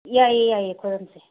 ꯌꯥꯏꯌꯦ ꯌꯥꯏꯌꯦ ꯈꯣꯏꯔꯝꯁꯦ